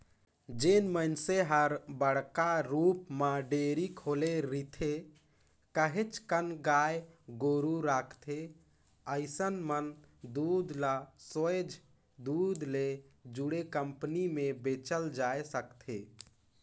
जेन मइनसे हर बड़का रुप म डेयरी खोले रिथे, काहेच कन गाय गोरु रखथे अइसन मन दूद ल सोयझ दूद ले जुड़े कंपनी में बेचल जाय सकथे